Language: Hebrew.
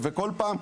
וכל פעם,